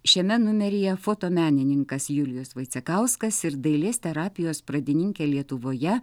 šiame numeryje fotomenininkas julijus vaicekauskas ir dailės terapijos pradininkė lietuvoje